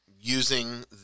using